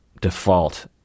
default